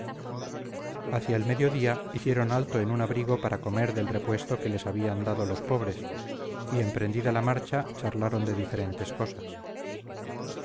hacia el mediodía hicieron alto en un abrigo para comer del repuesto que les habían dado los pobres y emprendida la marcha charlaron de diferentes cosas